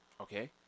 Okay